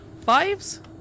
Fives